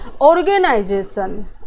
organization